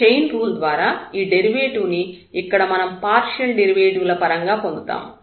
కానీ chain rule ద్వారా ఈ డెరివేటివ్ ను ఇక్కడ మనం పార్షియల్ డెరివేటివ్ ల పరంగా పొందుతాము